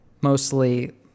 mostly